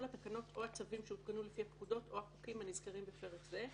כל התקנות או הצווים שהותקנו לפי הפקודות או החוקים הנזכרים בפרט זה,